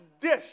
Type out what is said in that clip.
dish